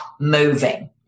moving